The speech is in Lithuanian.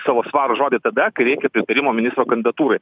savo svarų žodį tada kai reikia pritarimo ministro kandidatūrai